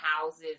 houses